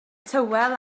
tywel